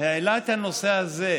העלה את הנושא הזה.